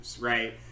right